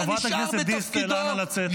חברת הכנסת דיסטל, אנא צאי.